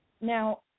Now